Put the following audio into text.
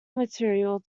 material